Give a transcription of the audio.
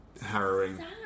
harrowing